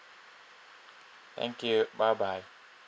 thank you bye bye